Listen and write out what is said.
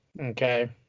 Okay